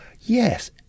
yes